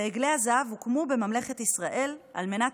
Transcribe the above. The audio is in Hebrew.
ועגלי הזהב הוקמו בממלכת ישראל על מנת